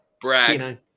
brag